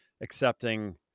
accepting